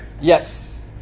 Yes